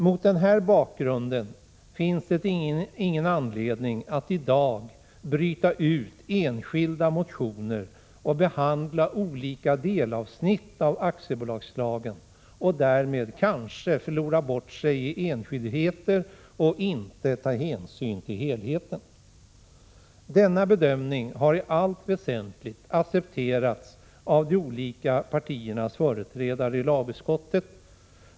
Mot denna bakgrund finns det ingen anledning att i dag bryta ut enskilda motioner och behandla olika delavsnitt av aktiebolagslagen och därmed kanske förlora sig i enskildheter och inte ta hänsyn till helheten. Denna bedömning har i allt väsentligt accepterats av de olika partiernas företrädare i lagutskottet.